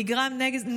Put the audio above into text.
נזק נגרם לשמשה.